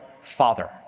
father